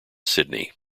sydney